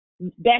Best